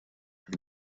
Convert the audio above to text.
and